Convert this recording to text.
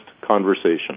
conversation